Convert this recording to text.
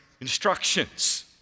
instructions